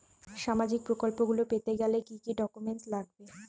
সামাজিক প্রকল্পগুলি পেতে গেলে কি কি ডকুমেন্টস লাগবে?